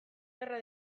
gerra